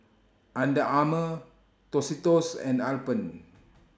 Under Armour Tostitos and Alpen